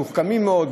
מתוחכמים מאוד,